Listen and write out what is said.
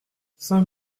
cinq